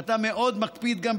ואתה מאוד מקפיד גם,